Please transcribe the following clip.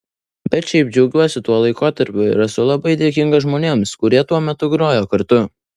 bet šiaip džiaugiuosi tuo laikotarpiu ir esu labai dėkingas žmonėms kurie tuo metu grojo kartu